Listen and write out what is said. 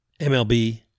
MLB